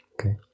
Okay